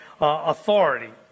authority